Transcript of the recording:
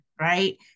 right